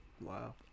wow